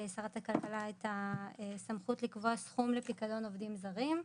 הכלכלה את הסמכות לקבוע סכום לפיקדון עובדים זרים.